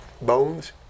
bones